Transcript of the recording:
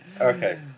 Okay